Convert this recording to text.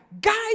Guys